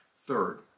Third